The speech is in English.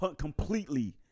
completely